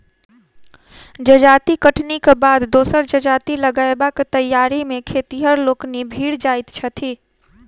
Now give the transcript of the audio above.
जजाति कटनीक बाद दोसर जजाति लगयबाक तैयारी मे खेतिहर लोकनि भिड़ जाइत छथि